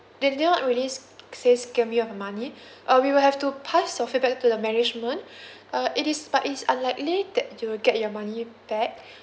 they did not really s~ says scam you of your money uh we will have to pass your feedback to the management uh it is but is unlikely that you will get your money back